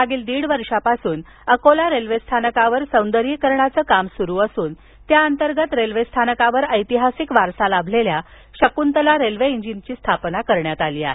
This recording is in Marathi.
मागील दीड वर्षापासून अकोला रेल्वेस्थानकावर सौंदर्यीकरणाचं काम सुरू असून त्या अंतर्गत रेल्वे स्थानकावर ऐतिहासिक वारसा लाभलेल्या शकृंतला रेल्वे इंजिनची स्थापना करण्यात आली आहे